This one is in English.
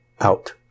out